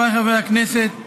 חבריי חברי הכנסת,